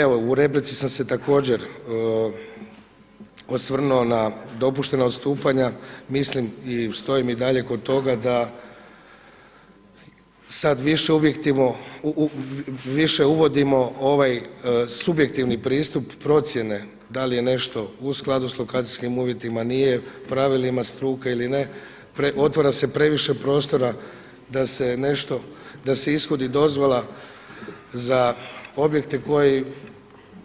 Evo u replici sam se također osvrnuo na dopuštenost ustupanja mislim i stojim i dalje kod toga da sada više uvodimo ovaj subjektivni pristup procjene da li je nešto u skladu sa lokacijskim uvjetima, nije, pravilima struke ili ne, otvara se previše prostora da se ishodi dozvola za objekte koji